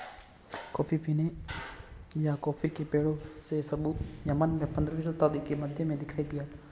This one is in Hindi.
कॉफी पीने या कॉफी के पेड़ के सबूत यमन में पंद्रहवी शताब्दी के मध्य में दिखाई दिया था